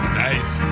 nice